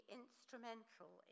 instrumental